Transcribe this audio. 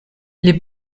les